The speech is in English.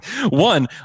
One